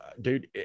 Dude